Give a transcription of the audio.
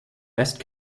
best